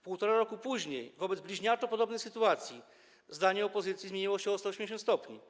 Półtora roku później wobec bliźniaczo podobnej sytuacji zdanie opozycji zmieniło się o 180 stopni.